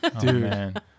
Dude